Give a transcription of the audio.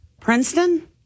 Princeton